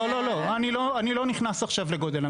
לא, אני לא נכנס עכשיו לגודל המבנה.